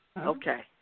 Okay